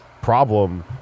problem